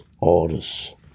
orders